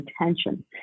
attention